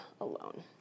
alone